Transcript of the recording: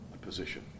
position